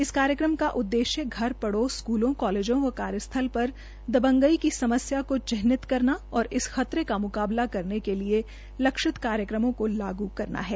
इस कार्यक्रम का उद्देश्य घर पड़ोस स्कूलों कॉलेजों और कार्यस्थल पर दबंगई की समस्या को चिह्नित करना और इस खतरे का मुकाबला करने के लिए लक्षित कार्यक्रमों को लागू करना है